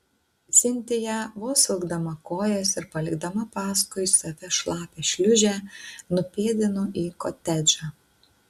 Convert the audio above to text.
sintija vos vilkdama kojas ir palikdama paskui save šlapią šliūžę nupėdino į kotedžą